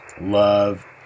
love